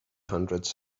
hundred